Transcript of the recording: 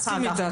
מסכים איתה,